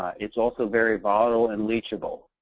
it's also very volatile and leachable.